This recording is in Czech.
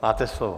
Máte slovo.